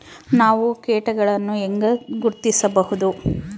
ನಾವು ಕೇಟಗಳನ್ನು ಹೆಂಗ ಗುರ್ತಿಸಬಹುದು?